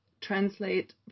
translate